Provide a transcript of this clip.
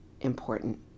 important